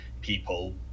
people